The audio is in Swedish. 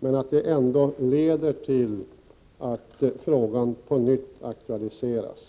men ändå leder till att frågan på nytt aktualiseras.